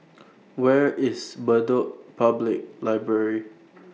Where IS Bedok Public Library